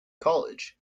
college